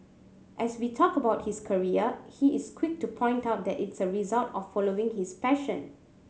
as we talk about his career he is quick to point out that it's a result of following his passion